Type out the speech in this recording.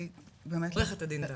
עורכת הדין.